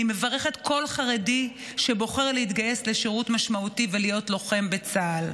אני מברכת כל חרדי שבוחר להתגייס לשירות משמעותי ולהיות לוחם בצה"ל,